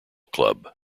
club